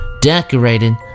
decorated